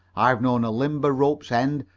i've known a limber rope's end,